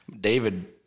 David